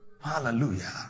hallelujah